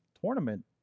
tournament